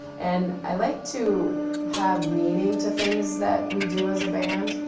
and, i like to have meaning to things that we do as a band,